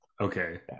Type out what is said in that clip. Okay